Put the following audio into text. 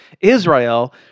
Israel